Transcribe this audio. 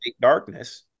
darkness